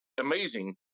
amazing